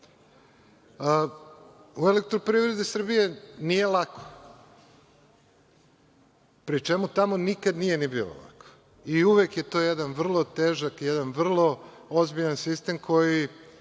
odgovora.„Elektroprivredi“ Srbije nije lako, pri čemu tamo nikad nije ni bilo lako i uvek je to jedan vrlo težak i jedan vrlo ozbiljan sistem koji